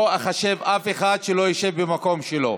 לא אחשב אף אחד שלא ישב במקום שלו.